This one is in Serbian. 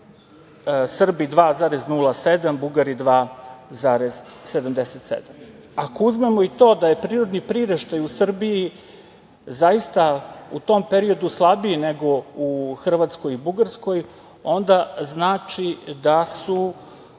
Srbi 2,07%, a Bugari 2,77%.Ako uzmemo i to da je prirodni priraštaj u Srbiji zaista u tom periodu slabiji nego u Hrvatskoj i Bugarskoj, onda znači da su